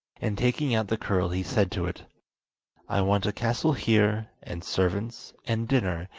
and taking out the curl he said to it i want a castle here, and servants, and dinner,